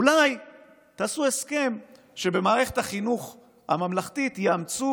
אולי תעשו הסכם שבמערכת החינוך הממלכתית יאמצו